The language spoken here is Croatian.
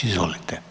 Izvolite.